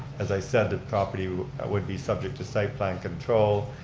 as i said, the property would be subject to site plan control,